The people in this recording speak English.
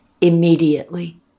immediately